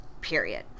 period